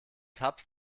tabs